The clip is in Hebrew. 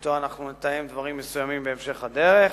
שאתו נתאם דברים מסוימים בהמשך הדרך,